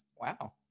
wow